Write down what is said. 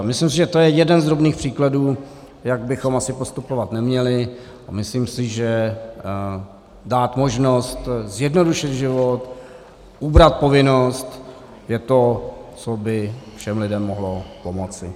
Myslím si, že to je jeden z drobných příkladů, jak bychom asi postupovat neměli, a myslím si, že dát možnost zjednodušit život, ubrat povinnost, je to, co by všem lidem mohlo pomoci.